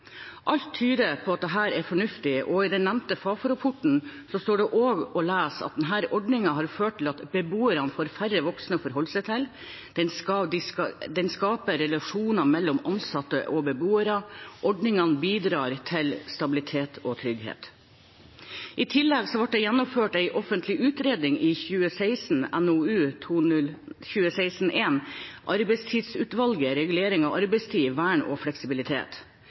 Alt tyder på at dette er fornuftig. I den nevnte Fafo-rapporten står det også å lese at ordningen har ført til at beboerne får færre voksne å forholde seg til, den skaper relasjoner mellom ansatte og beboere og bidrar til stabilitet og trygghet. I tillegg ble det gjennomført en offentlig utredning i 2016, NOU 2016:1 Arbeidstidsutvalget: Regulering av arbeidstid – vern og fleksibilitet.